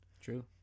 True